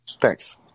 Thanks